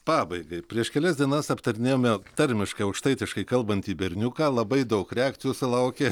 pabaigai prieš kelias dienas aptarinėjome tarmiškai aukštaitiškai kalbantį berniuką labai daug reakcijų sulaukė